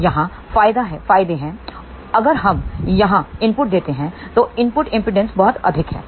तो यहाँ फायदे हैं अगर हम यहाँ इनपुट देते हैं तो इनपुट एमपीडांस बहुत अधिक है